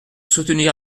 soutenir